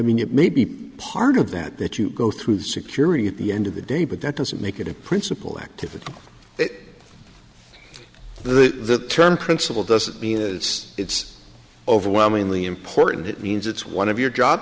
mean it may be part of that that you go through security at the end of the day but that doesn't make it a principle activity it the term principle doesn't mean it's it's overwhelmingly important it means it's one of your job